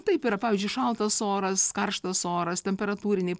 taip yra pavyzdžiui šaltas oras karštas oras temperatūriniai